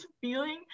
feeling